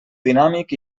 dinàmic